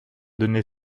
donné